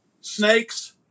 Snakes